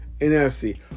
NFC